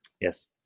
Yes